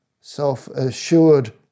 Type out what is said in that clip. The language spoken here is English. self-assured